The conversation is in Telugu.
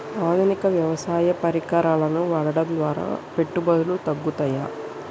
ఆధునిక వ్యవసాయ పరికరాలను వాడటం ద్వారా పెట్టుబడులు తగ్గుతయ?